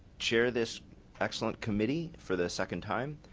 chair this excellent committee for the second time.